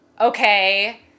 okay